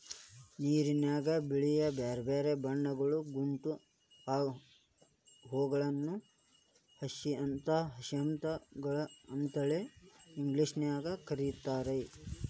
ನೇರನ್ಯಾಗ ಬೆಳಿಯೋ ಬ್ಯಾರ್ಬ್ಯಾರೇ ಬಣ್ಣಗಳ ಗಂಟೆ ಹೂಗಳನ್ನ ಹಯಸಿಂತ್ ಗಳು ಅಂತೇಳಿ ಇಂಗ್ಲೇಷನ್ಯಾಗ್ ಕರೇತಾರ